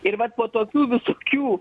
ir vat po tokių visokių